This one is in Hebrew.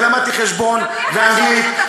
ולמדתי חשבון ואנגלית,